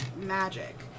magic